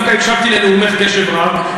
דווקא הקשבתי לנאומך קשב רב,